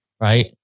right